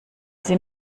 sie